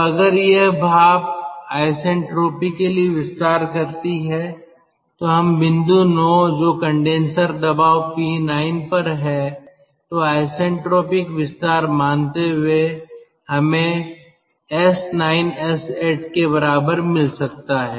तो अगर यह भाप आईसेंट्रोपिकली विस्तार करती है तो हम बिंदु 9 जो कंडेनसर दबाव P9 पर है तो आईसेंट्रोपिक विस्तार मानते हुए हमें s9 s8 के बराबर मिल सकता है